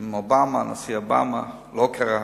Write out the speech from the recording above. עם הנשיא אובמה, לא קרה.